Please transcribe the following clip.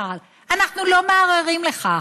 אנחנו לא מערערים על כך.